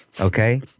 Okay